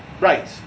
Right